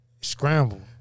Scramble